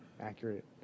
Accurate